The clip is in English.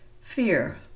Fear